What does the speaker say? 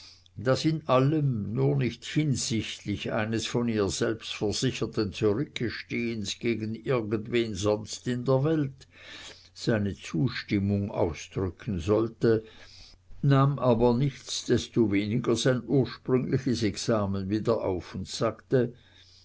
das in allem nur nicht hinsichtlich eines von ihr selbst versicherten zurückstehens gegen irgendwen sonst in der welt seine zustimmung ausdrücken sollte nahm aber nichtsdestoweniger sein ursprüngliches examen wieder auf und sagte